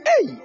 Hey